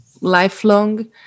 lifelong